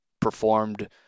performed